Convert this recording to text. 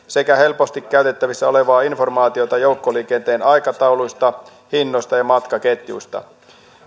sekä helposti käytettävissä oleva informaatio joukkoliikenteen aikatauluista hinnoista ja matkaketjuista